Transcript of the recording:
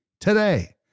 today